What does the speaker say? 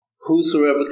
Whosoever